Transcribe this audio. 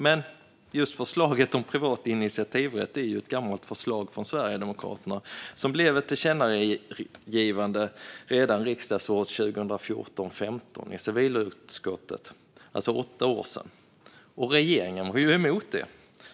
Men just förslaget om privat initiativrätt är ju ett gammalt förslag från Sverigedemokraterna som blev ett tillkännagivande redan riksdagsåret 2014/15 i civilutskottet. Regeringen var då emot det.